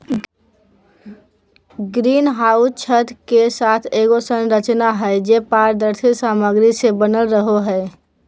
green house छत के साथ एगो संरचना हइ, जे पारदर्शी सामग्री से बनल रहो हइ